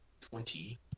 Twenty